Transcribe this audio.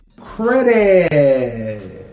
credit